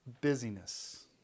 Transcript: Busyness